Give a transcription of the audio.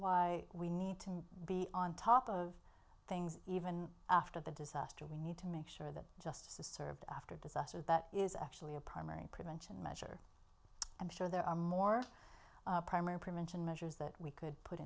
why we need to be on top of things even after the disaster we need to make sure that justice is served after a disaster that is actually a primary prevention measure i'm sure there are more primary prevention measures that we could put